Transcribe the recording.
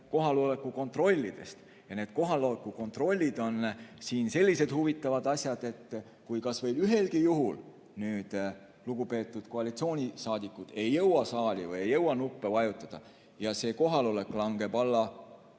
kohaloleku kontrollidest. Need kohaloleku kontrollid on sellised huvitavad asjad, et kui kas või ühelgi juhul nüüd lugupeetud koalitsioonisaadikud ei jõua saali või ei jõua nuppe vajutada ja kohalolek langeb alla